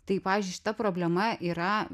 tai pavyzdžiui šita problema yra